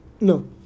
No